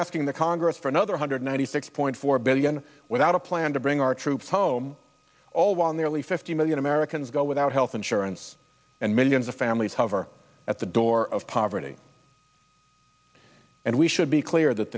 asking the congress for another hundred ninety six point four billion without a plan to bring our troops home all while nearly fifty million americans go without health insurance and millions of families hover at the door of poverty and we should be clear that